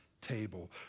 table